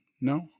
No